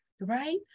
right